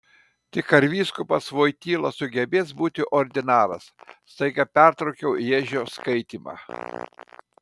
tik ar vyskupas voityla sugebės būti ordinaras staiga pertraukiau ježio skaitymą